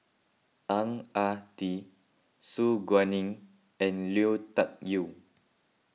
Ang Ah Tee Su Guaning and Lui Tuck Yew